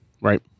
right